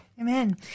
Amen